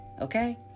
okay